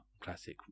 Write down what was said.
classic